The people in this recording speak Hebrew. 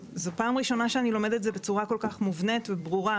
זו פעם ראשונה שאני לומד את זה בצורה כל כך מובנית וברורה.